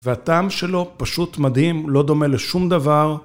והטעם שלו פשוט מדהים, הוא לא דומה לשום דבר.